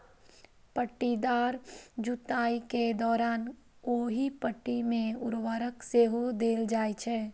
पट्टीदार जुताइ के दौरान ओहि पट्टी मे उर्वरक सेहो देल जाइ छै